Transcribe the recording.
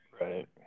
Right